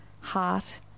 heart